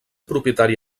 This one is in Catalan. propietari